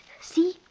see